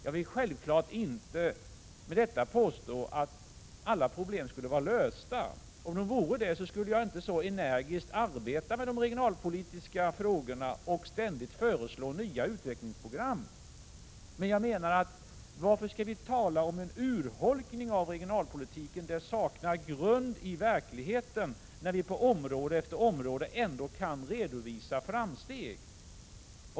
Jag vill självfallet inte med detta påstå att alla problem skulle vara lösta. Om de vore det, skulle jag inte så — Prot. 1987/88:10 energiskt arbeta med de regionalpolitiska frågorna och ständigt föreslå nya — 20 oktober 1987 utvecklingsprogram. Men varför skall vi tala om urholkning av regionalpoli Om destbiliga verken tiken? Det saknar grund i verkligheten, eftersom vi på område efter område ionalpölidsk ändå kan redovisa framsteg.